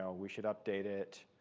ah we should update it,